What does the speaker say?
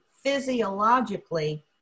physiologically